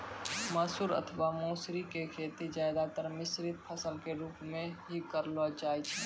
मसूर अथवा मौसरी के खेती ज्यादातर मिश्रित फसल के रूप मॅ हीं करलो जाय छै